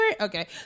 Okay